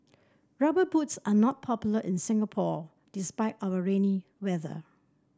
rubber boots are not popular in Singapore despite our rainy weather